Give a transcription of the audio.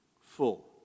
full